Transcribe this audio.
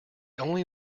only